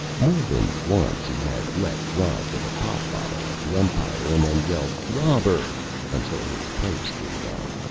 more than once he had let drive with a pop bottle at the umpire and then yelled robber until his pipes gave out.